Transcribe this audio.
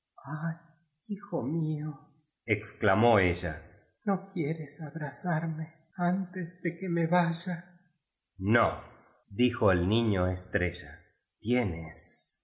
hijo mío exclamó ella no quieres abrazarme antes de que me vaya nodijo el niño estrella tienes una